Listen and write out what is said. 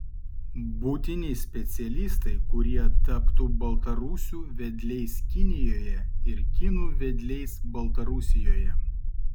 būtini specialistai kurie taptų baltarusių vedliais kinijoje ir kinų vedliais baltarusijoje